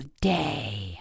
day